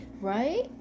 Right